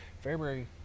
February